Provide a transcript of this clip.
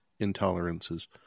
intolerances